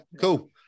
cool